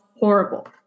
Horrible